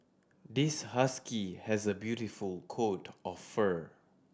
this husky has a beautiful coat of fur